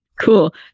cool